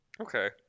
Okay